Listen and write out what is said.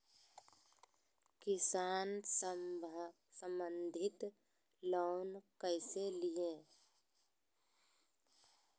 किसान संबंधित लोन कैसै लिये?